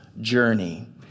journey